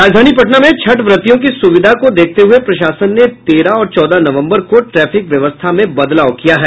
राजधानी पटना में छठ व्रतियों की सुविधा को देखते हुये प्रशासन ने तेरह और चौदह नवम्बर को ट्रैफिक व्यवस्था में बदलाव किया है